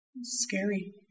scary